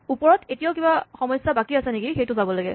ওপৰত এতিয়াও কিবা সমস্যা বাকী আছে নেকি সেইটো চাব লাগে